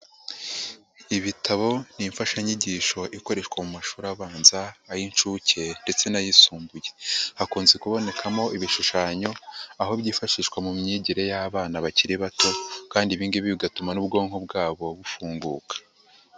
Ibitabo ni imfashanyigisho ikoreshwa mu mashuri abanza, ay'inshuke ndetse n'ayisumbuye. Hakunze kubonekamo ibishushanyo, aho byifashishwa mu myigire y'abana bakiri bato kandi ibi ngibi bigatuma n'ubwonko bwabo bufunguka.